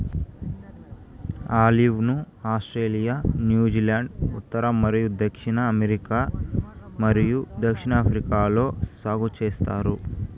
olive ను Australia, New Zealand, ఉత్తర మరియు దక్షిణ అమెరికా మరియు దక్షిణాఫ్రికాలో సాగు చేస్తారు